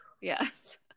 Yes